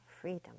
freedom